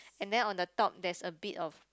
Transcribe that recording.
and then on the top there's a bit of